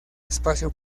espacio